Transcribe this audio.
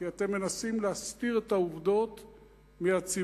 כי אתם מנסים להסתיר את העובדות מהציבור.